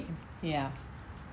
ya